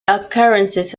occurrences